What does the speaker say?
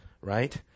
right